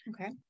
Okay